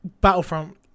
battlefront